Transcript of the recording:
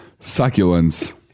succulents